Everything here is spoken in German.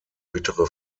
bittere